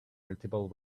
multiple